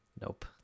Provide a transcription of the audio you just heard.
nope